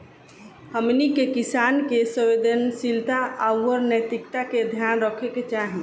हमनी के किसान के संवेदनशीलता आउर नैतिकता के ध्यान रखे के चाही